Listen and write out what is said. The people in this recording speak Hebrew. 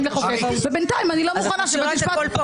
לחוקק אותו ובינתיים אני לא מוכנה שבית המשפט...